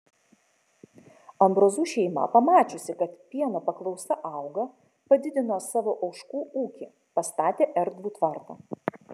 ambrozų šeima pamačiusi kad pieno paklausa auga padidino savo ožkų ūkį pastatė erdvų tvartą